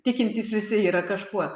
tikintys visi yra kažkuo